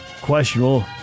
Questionable